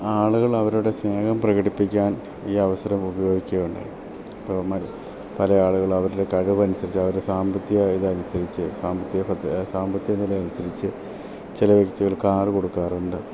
ആളുകൾ അവരുടെ സ്നേഹം പ്രകടിപ്പിക്കാൻ ഈ അവസരം ഉപയോഗിക്കുകയുണ്ടായി ഇപ്പോൾ മ പല ആളുകളും അവരുടെ കഴിവന് അനുസരിച്ച് അവരെ സാമ്പത്തിക ഇതനുസരിച്ച് സാമ്പത്തിക ഭ സാമ്പത്തിക നില അനുസരിച്ച് ചില വ്യക്തികൾ കാറ് കൊടുക്കാറുണ്ട്